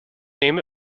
name